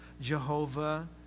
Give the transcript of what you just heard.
Jehovah